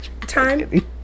Time